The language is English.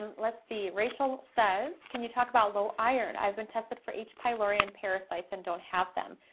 um let's see, rachel says, can you talk about low iron. i've been tested for h pylori and parasites and don't have them.